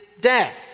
death